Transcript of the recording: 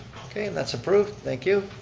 okay, and that's approved, thank you.